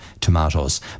tomatoes